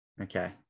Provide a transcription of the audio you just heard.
Okay